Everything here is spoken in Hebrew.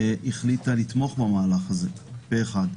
החליטה לתמוך במהלך הזה פה אחד.